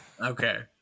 Okay